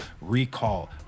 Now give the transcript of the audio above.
recall